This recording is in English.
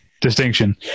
distinction